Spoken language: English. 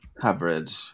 coverage